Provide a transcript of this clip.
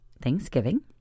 Thanksgiving